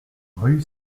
rue